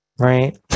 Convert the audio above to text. right